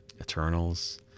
Eternals